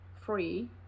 free